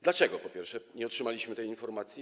Dlaczego, po pierwsze, nie otrzymaliśmy tej informacji?